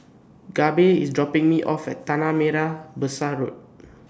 Gabe IS dropping Me off At Tanah Merah Besar Road